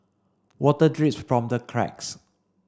water drips from the cracks